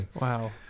wow